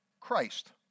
Christ